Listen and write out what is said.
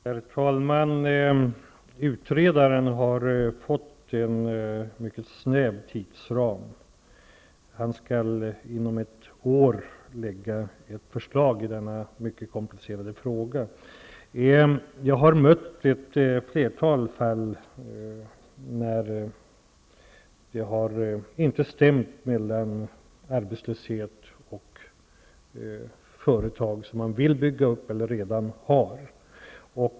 Herr talman! Utredaren har fått en mycket snäv tidsram. Han skall inom ett år lägga fram ett förslag i denna mycket komplicerade fråga. Jag har mött ett flertal fall där det inte har stämt, med arbetslösa och företag som man vill bygga upp eller redan har.